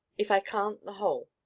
if i can't the whole.